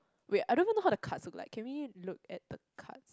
wait I don't even know how the cards look like can we look at the cards